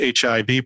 HIV